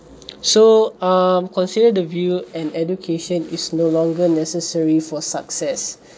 so um consider the view an education is no longer necessary for success